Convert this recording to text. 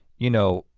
you know,